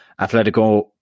Atletico